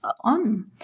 on